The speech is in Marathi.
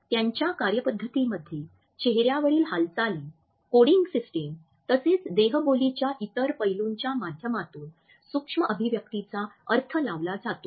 त्यांच्या कार्यपद्धतीमध्ये चेहऱ्यावरील हालचाली कोडिंग सिस्टम तसेच देहबोलीच्या इतर पैलूंच्या माध्यमातून सूक्ष्म अभिव्यक्तीचा अर्थ लावला जातो